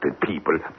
people